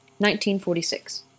1946